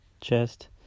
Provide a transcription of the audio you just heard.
chest